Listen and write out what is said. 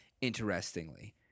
interestingly